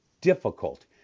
difficult